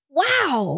Wow